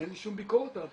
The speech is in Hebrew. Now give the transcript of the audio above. אין לי שום ביקורת עליו,